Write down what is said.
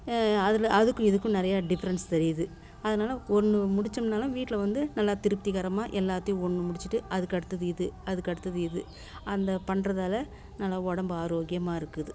அதில் அதுக்கும் இதுக்கும் நிறையா டிஃப்ரெண்ட்ஸ் தெரியிது அதனால் ஒன்று முடிச்சம்னாலும் வீட்டில் வந்து நல்லா திருப்திகரமாக எல்லாத்தையும் ஒன்று முடிச்சுகிட்டு அதுக்கடுத்தது இது அதுக்கடுத்தது இது அந்த பண்ணுறதால நல்ல உடம்பு ஆரோக்கியமாக இருக்குது